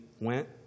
went